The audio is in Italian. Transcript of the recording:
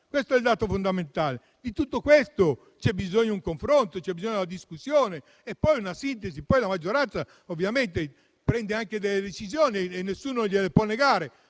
Questo è il dato fondamentale. Rispetto a tutto ciò c'è bisogno di un confronto, di una discussione e poi di una sintesi. La maggioranza ovviamente prende anche decisioni e nessuno gliele può negare,